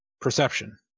Perception